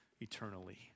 eternally